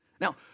Now